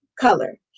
color